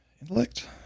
Intellect